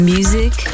Music